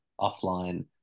offline